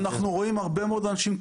אנחנו רואים הרבה מאוד אנשים,